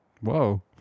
Whoa